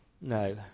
No